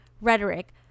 rhetoric